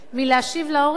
מלהשיב להורים: